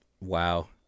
Wow